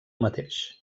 mateix